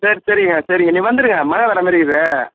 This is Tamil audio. சரி சரிங்க சரிங்க நீங்கள் வந்துடுங்க மழை வர்றா மாரிருக்குது